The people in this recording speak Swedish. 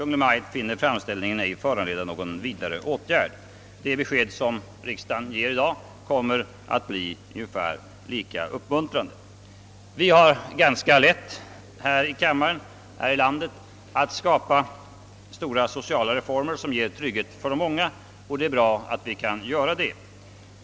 Maj:t finner framställningen ej föranleda vidare åtgärd.» Det besked som riksdagen ger i dag kommer att bli ungefär lika uppmuntrande. Vi har ganska lätt här i landet att skapa stora sociala reformer som ger trygghet för de många, och det är bra att vi kan göra det.